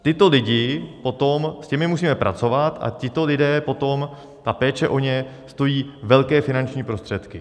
Tyto lidi potom, s těmi musíme pracovat a tito lidé potom, ta péče o ně stojí velké finanční prostředky.